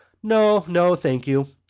no, no, thank you.